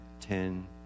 ten